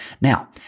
Now